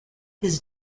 his